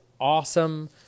awesome